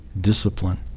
discipline